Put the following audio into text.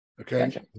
Okay